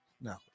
no